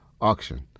auction